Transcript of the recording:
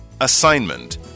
Assignment